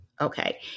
okay